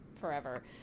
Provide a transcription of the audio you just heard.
forever